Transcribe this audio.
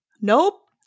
nope